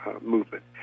movement